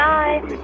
Bye